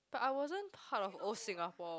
but I wasn't part of old Singapore